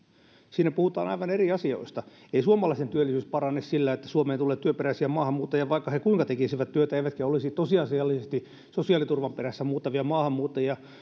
siinä puhutaan aivan eri asioista ei suomalaisten työllisyys parane sillä että suomeen tulee työperäisiä maahanmuuttajia vaikka he kuinka tekisivät työtä eivätkä olisi tosiasiallisesti sosiaaliturvan perässä muuttavia maahanmuuttajia